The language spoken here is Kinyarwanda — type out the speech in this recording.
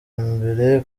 mbere